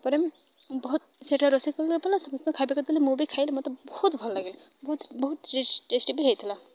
ତା'ପରେ ବହୁତ ସେଟା ରୋଷେଇ ସମସ୍ତଙ୍କୁ ଖାଇବାକୁ ଦେଲି ମୁଁ ବି ଖାଇଲେ ମୋତେ ବହୁତ ଭଲ ଲାଗେ ବହୁତ ବହୁତ ଟେଷ୍ଟି ବି ହେଇଥିଲା